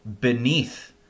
beneath